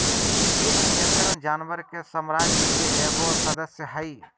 कीट नियंत्रण जानवर के साम्राज्य के एगो सदस्य हइ